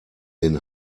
den